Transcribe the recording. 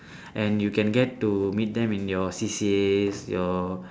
and you can get to meet them in your C_C_As your